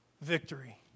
Victory